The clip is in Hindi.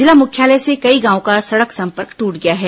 जिला मुख्यालय से कई गांवों का सड़क संपर्क ट्रट गया है